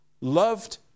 loved